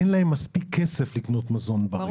אין להם מספיק כסף לקנות מזון בריא.